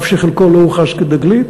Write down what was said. אף שחלקו לא הוכרז כתגלית,